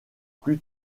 plus